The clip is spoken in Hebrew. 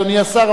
אדוני השר,